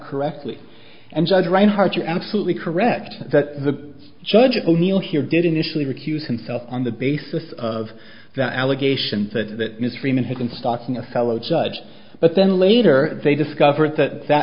correctly and judge reinhardt you're absolutely correct that the judges o'neill here did initially recuse himself on the basis of that allegation that ms freeman had been stocking a fellow judge but then later they discovered that that